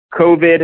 COVID